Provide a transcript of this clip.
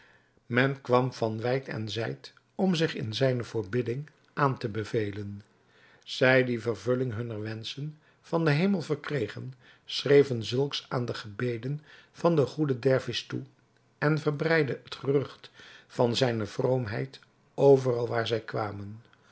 men kwam van wijd en zijd om zich in zijne voorbidding aan te bevelen zij die de vervulling hunner wenschen van den hemel verkregen schreven zulks aan de gebeden van den goeden dervis toe en verbreidden het gerucht van zijne vroomheid overal waar zij kwamen